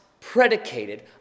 predicated